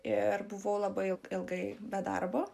ir buvau labai ilgai be darbo